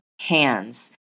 hands